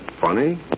Funny